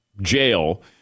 jail